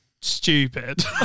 stupid